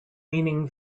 meaning